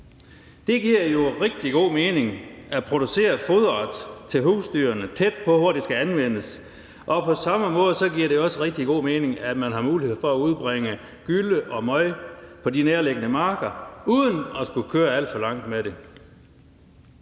Det giver jo rigtig god mening at producere foderet til husdyrene tæt på, hvor det skal anvendes. På samme måde giver det også rigtig god mening, at man har mulighed for at udbringe gylle og møg på de nærliggende marker uden at skulle køre alt for langt med det.